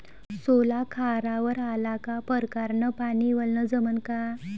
सोला खारावर आला का परकारं न पानी वलनं जमन का?